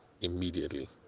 immediately